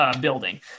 building